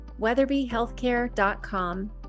weatherbyhealthcare.com